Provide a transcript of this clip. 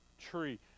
tree